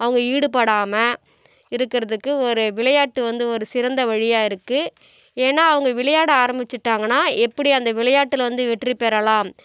அவங்க ஈடுபடாமல் இருக்கிறதுக்கு ஒரு விளையாட்டு வந்து ஒரு சிறந்த வழியாக இருக்குது ஏன்னா அவங்க விளையாட ஆரம்மிச்சிட்டாங்கன்னா எப்படி அந்த விளையாட்டில் வந்து வெற்றி பெறலாம்